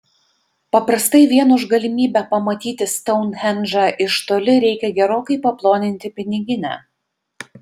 paprastai vien už galimybę pamatyti stounhendžą iš toli reikia gerokai paploninti piniginę